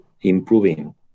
improving